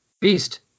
Beast